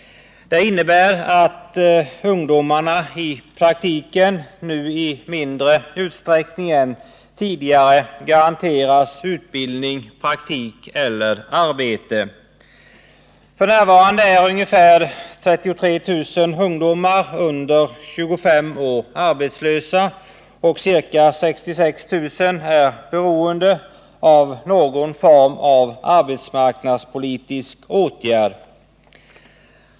Det innebär att ungdomarna i praktiken nu i mindre utsträckning än tidigare garanteras utbildning, praktik eller arbete. F. n. är ungefär 33 000 ungdomar under 25 år arbetslösa, och ca 66 000 är beroende av någon form av arbetsmarknadspolitisk åtgärd.